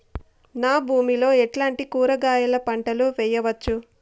నా భూమి లో ఎట్లాంటి కూరగాయల పంటలు వేయవచ్చు?